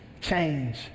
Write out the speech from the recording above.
change